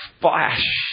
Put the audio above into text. Flash